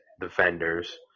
defenders